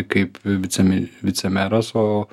kaip vicemi vicemeras o